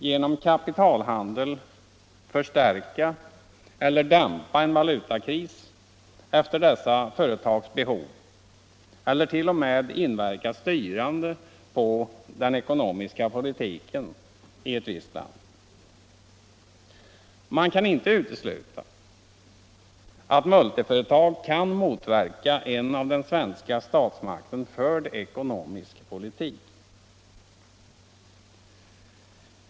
genom kapitalhandel förstärka eller dämpa en valutakris efter dessa företags behov eller t.o.m. inverka styrande på den ekonomiska politiken i ett visst land. Man kan inte utesluta att multiföretag kan motverka en av den svenska statsmakten förd ekonomisk politik.